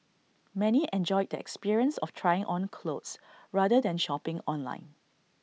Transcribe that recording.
many enjoyed the experience of trying on clothes rather than shopping online